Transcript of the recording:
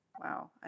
Wow